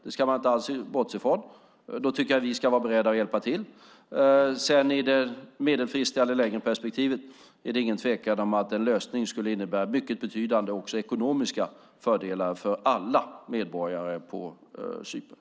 Det ska man inte alls bortse från. Då tycker jag att vi ska vara beredda att hjälpa till. I det medelfristiga eller längre perspektivet är det ingen tvekan om att en lösning skulle innebära mycket betydande, också ekonomiska, fördelar för alla medborgare på Cypern.